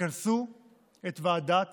תכנסו את ועדת